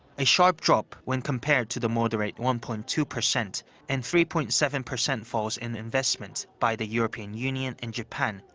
a sharp drop when compared to the moderate one point two percent and three point seven percent falls in investment by the european union and japan,